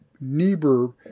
Niebuhr